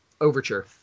Overture